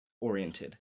oriented